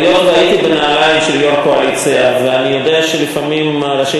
אבל היות שהייתי בנעליים של יו"ר הקואליציה ואני יודע שלפעמים ראשי